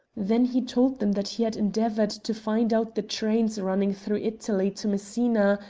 then he told them that he had endeavoured to find out the trains running through italy to messina,